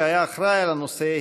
שהיה אחראי על הנושא,